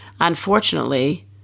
Unfortunately